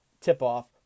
tip-off